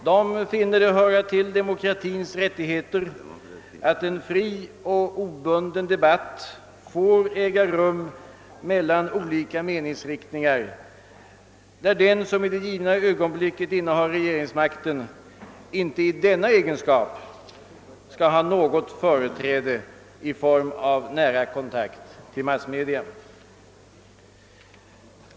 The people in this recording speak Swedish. De finner det höra till de demokratiska rättigheterna att en fri och obunden debatt får äga rum mellan olika meningsriktningar, varvid den som i det givna ögonblicket innehar regeringsmakten inte i denna egenskap skall ha något företräde i form av nära kontakt med massmedia.